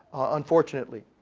unfortunately.